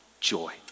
joy